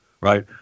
right